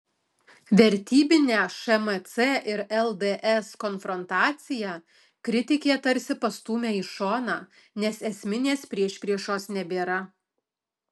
vertybinę šmc ir lds konfrontaciją kritikė tarsi pastūmė į šoną nes esminės priešpriešos nebėra